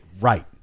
right